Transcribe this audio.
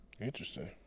interesting